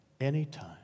anytime